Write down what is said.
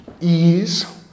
ease